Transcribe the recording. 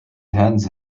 hands